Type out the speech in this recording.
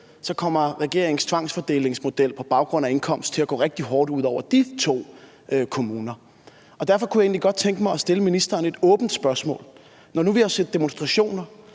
kommer regeringens tvangsfordelingsmodel på baggrund af indkomst til at gå rigtig hårdt ud over de to kommuner. Derfor kunne jeg egentlig godt tænke mig at stille ministeren et åbent spørgsmål: Når nu vi har set demonstrationer,